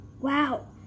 wow